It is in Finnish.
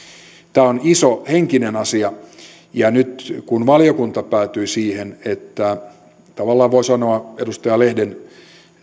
tämä on iso henkinen asia ja nyt valiokunta päätyi siihen tavallaan voi sanoa edustaja lehden